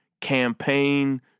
campaign